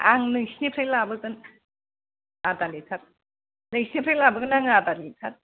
आं नोंसोरनिफ्राय लाबोगोन आधा लिटार नोंसोरनिफ्राय लाबोगोन आं आधा लिटार